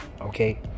okay